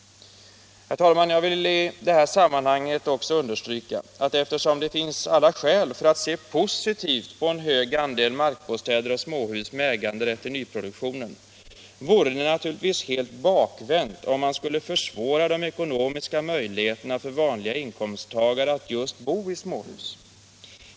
Herr talman! Jag vill i det här sammanhanget understryka att eftersom det finns alla skäl för att se positivt på en stor andel markbostäder och småhus med äganderätt i nyproduktionen vore det naturligtvis helt bakvänt om man skulle försämra de ekonomiska möjligheterna för vanliga inkomsttagare att bo just i småhus.